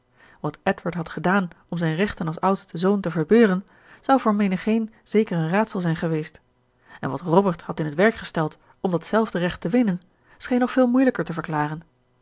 wat edward had gedaan om zijn rechten als oudste zoon te verbeuren zou voor menigeen zeker een raadsel zijn geweest en wat robert had in t werk gesteld om dat zelfde recht te winnen scheen nog veel moeilijker te verklaren